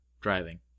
driving